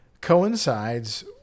coincides